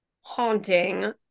haunting